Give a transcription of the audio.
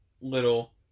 little